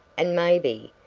and maybe,